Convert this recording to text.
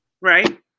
right